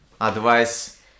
advice